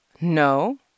No